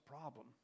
problem